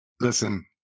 Listen